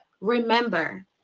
Remember